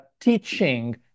teaching